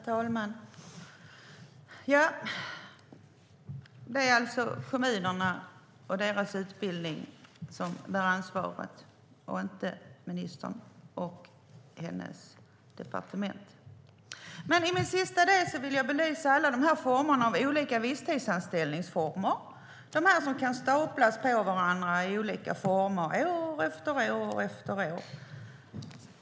Herr talman! Det är alltså kommunerna och deras utbildning som bär ansvaret, inte ministern och hennes departement. I mitt sista inlägg vill jag belysa alla de olika formerna av visstidsanställning, alltså de som kan staplas på varandra år efter år.